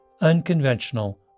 unconventional